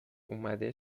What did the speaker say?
اومده